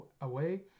away